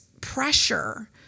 pressure